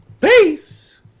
Peace